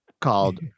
called